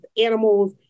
animals